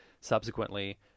subsequently